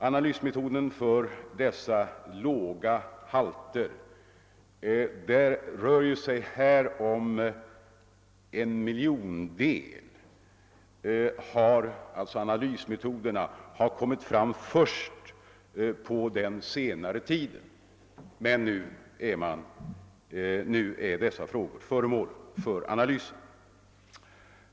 Analysmetoderna för dessa låga halter — det rör sig här om högst en miljondel — har kommit fram först på senare tid. Men nu är alltså dessa halter föremål för analyser.